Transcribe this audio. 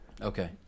Okay